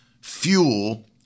fuel